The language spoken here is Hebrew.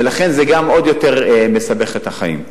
לכן זה עוד יותר מסבך את החיים.